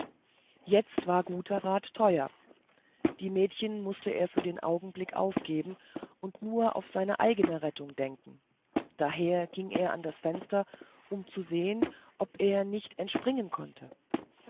jetzt war guter rat teuer die mädchen mußte er für den augenblick aufgeben und nur auf die eigene rettung denken daher ging er an das fenster um zu sehen ob er nicht entspringen konnte